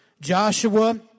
Joshua